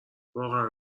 واقعا